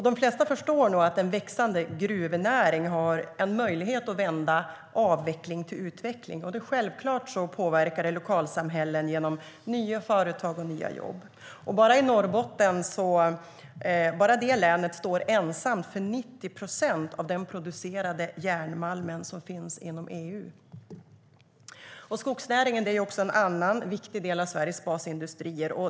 De flesta förstår nog att en växande gruvnäring har möjlighet att vända avveckling till utveckling. Självklart påverkar det lokalsamhällen genom nya företag och nya jobb. Bara Norrbottens län står ensamt för 90 procent av den producerade järnmalmen inom EU. Skogsnäringen är en annan viktig del av Sveriges basindustrier.